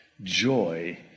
Joy